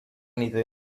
anything